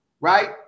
right